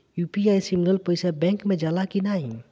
UPI से मिलल पईसा बैंक मे जाला की नाहीं?